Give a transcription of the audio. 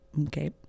okay